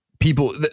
people